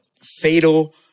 Fatal